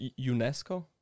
unesco